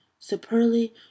Superly